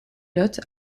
lot